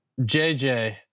JJ